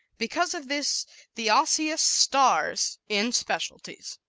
because of this the osseous stars in specialities.